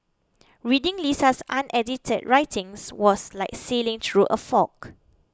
reading Lisa's unedited writings was like sailing through a fog